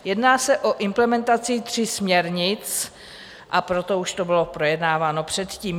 Jedná se o implementaci tří směrnic, a proto už to bylo projednáváno předtím.